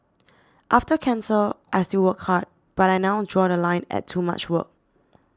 after cancer I still work hard but I now draw The Line at too much work